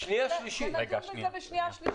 נדון בזה בהכנה לקריאה השנייה והשלישית.